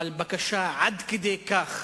אבל בקשה עד כדי כך